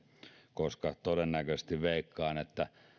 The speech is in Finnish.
koska veikkaan että todennäköisesti